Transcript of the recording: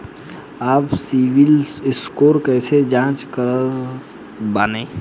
आपन सीबील स्कोर कैसे जांच सकत बानी?